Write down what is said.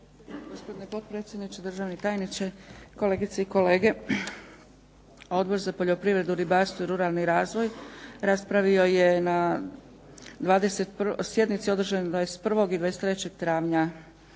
gospodine potpredsjedniče, državni tajniče, kolegice i kolege. Odbor za poljoprivredu, ribarstvo i ruralni razvoj raspravio je na sjednici održanoj 21. i 23. travnja